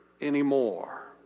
anymore